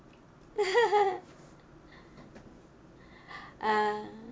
uh